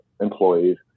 employees